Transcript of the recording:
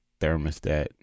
thermostat